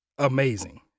Amazing